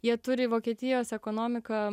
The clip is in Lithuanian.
jie turi vokietijos ekonomiką